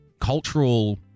cultural